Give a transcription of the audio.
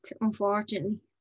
unfortunately